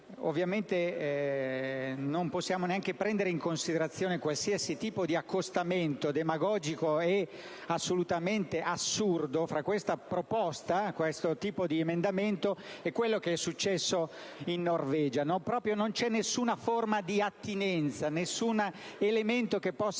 intendiamo neanche prendere in considerazione qualsiasi tipo di accostamento demagogico e assolutamente assurdo fra questo tipo di emendamento e quanto è successo in Norvegia. Non c'è proprio nessuna forma di attinenza, nessun elemento che possa